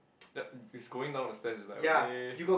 but it's going down the stairs is like okay